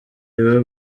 kiba